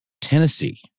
Tennessee